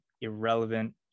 irrelevant